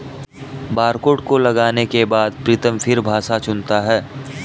barcode को लगाने के बाद प्रीतम फिर भाषा चुनता है